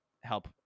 help